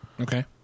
Okay